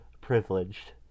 privileged